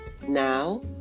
Now